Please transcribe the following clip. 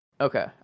Okay